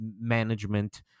management